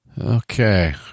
Okay